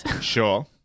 Sure